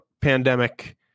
pandemic